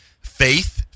faith